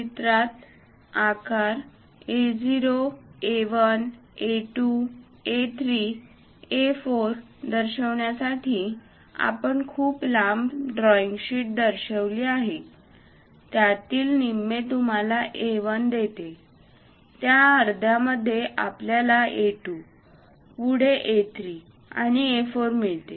चित्रात आकार A0 A1 A2 A3 A4 दर्शवण्यासाठी आपण खूप लांब ड्रॉईंग शीट दर्शवली आहे त्यातील निम्मे तुम्हाला A1 देते त्या अर्ध्यामध्ये आपल्याला A2 पुढे A3 आणि A4 मिळेल